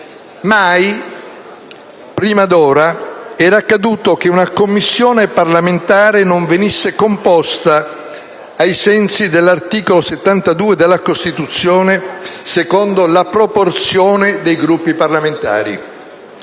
Mai, prima d'ora, era accaduto che una Commissione parlamentare non venisse composta, ai sensi dell'articolo 72 della Costituzione, secondo la proporzione dei Gruppi parlamentari.